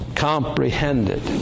Comprehended